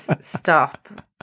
stop